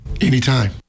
Anytime